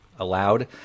allowed